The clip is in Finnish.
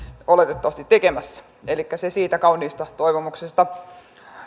oletettavasti tekemässä elikkä se siitä kauniista toivomuksesta